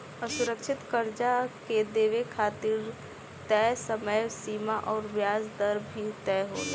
असुरक्षित कर्जा के देवे खातिर तय समय सीमा अउर ब्याज दर भी तय होला